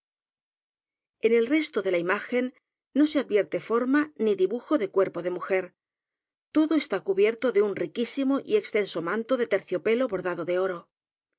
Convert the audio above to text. en el resto de la imagen no se advierte forma ni dibujo de cuerpo de mujer todo está cubierto de un riquísimo y extenso manto de terciopelo borda do de oro